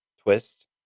twist